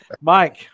Mike